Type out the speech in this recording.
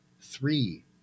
three